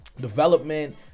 development